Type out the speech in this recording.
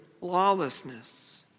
lawlessness